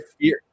fear